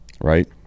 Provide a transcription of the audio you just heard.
Right